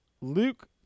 Luke